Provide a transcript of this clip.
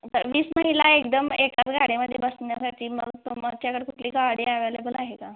वीस महिला एकदम एकाच गाडीमध्ये बसण्यासाठी म्हणून तुमच्याकडे कुठली गाडी ॲवेलेबल आहे का